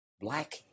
Black